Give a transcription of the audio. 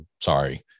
sorry